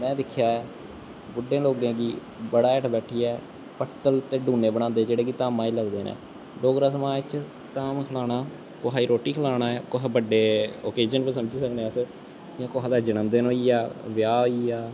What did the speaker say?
में दिक्खेआ ऐ बुड्डे लोकें गी बड़ा हेठ बैट्ठियै पत्तल ते डूनें बनांदे जेह्ड़े कि धामां च लगदे न डोगरा समाज च धाम खलाना कुसै गी रोट्टी खलाना ऐ कुसै बड्डे ओकेजन पर समझी सकने अस जियां कुसै दा जन्मदिन होई गेआ ब्याह् होई गेआ